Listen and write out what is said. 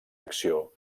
acció